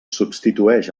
substitueix